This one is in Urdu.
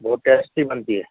بہت ٹیسٹی بنتی ہے